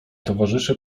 towarzysze